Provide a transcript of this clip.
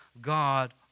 God